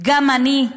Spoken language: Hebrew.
"גם אני"